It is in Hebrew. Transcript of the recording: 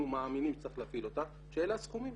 מאמינים שצריך להפעיל אותה שאלה הסכומים.